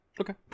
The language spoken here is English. Okay